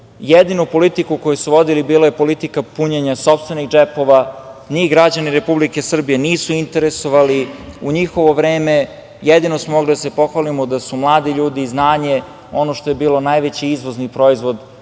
jedinu politiku koju su vodili bila je politika punjenja sopstvenih džepova. Njih rađani Republike Srbije nisu interesovali. U njihovo vreme jedino smo mogli da se pohvalimo da su mladi ljudi, znanje, ono što je bilo najveći izvozni proizvod